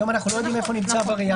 היום אנחנו לא יודעים איפה נמצא הווריאנט.